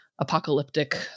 Apocalyptic